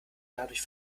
dadurch